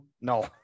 No